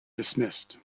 dismissed